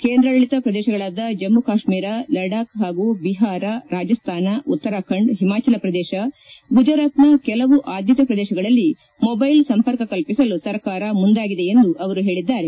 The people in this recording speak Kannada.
ಕೇಂದ್ರಾಡಳಿತ ಪ್ರದೇಶಗಳಾದ ಜಮ್ಮು ಕಾಶ್ಟೀರ ಲಡಾಖ್ ಹಾಗೂ ಬಿಹಾರ ರಾಜಸ್ತಾನ ಉತ್ತರಾಖಂಡ್ ಹಿಮಾಚಲಪ್ರದೇಶ ಗುಜರಾತ್ನ ಕೆಲವು ಆದ್ಯತೆ ಪ್ರದೇಶಗಳಲ್ಲಿ ಮೊಬ್ಟೆಲ್ ಸಂಪರ್ಕ ಕಲ್ಪಿಸಲು ಸರ್ಕಾರ ಮುಂದಾಗಿದೆ ಎಂದು ಹೇಳಿದ್ದಾರೆ